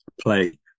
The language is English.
play